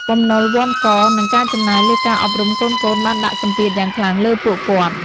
បំណុលវ័ណ្ឌក និងការចំណាយលើការអប់រំកូនៗបានដាក់សម្ពាធយ៉ាងខ្លាំងលើពួកគាត់។